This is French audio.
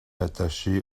attaché